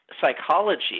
psychology